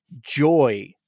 joy